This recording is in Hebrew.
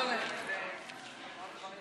חבריי חברי